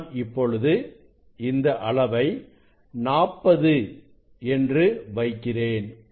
நான் இப்பொழுது இந்த அளவை 40 என்று வைக்கிறேன்